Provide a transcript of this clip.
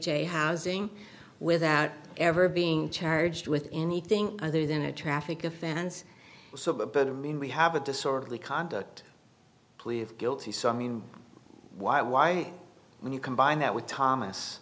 j housing without ever being charged with anything other than a traffic offense so the better mean we have a disorderly conduct plea of guilty so i mean why why when you combine that with thomas